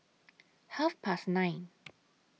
Half Past nine